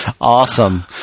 Awesome